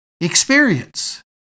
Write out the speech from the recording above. experience